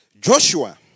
Joshua